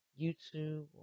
youtube